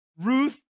Ruth